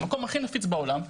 המקום הכי הנפיץ בעולם,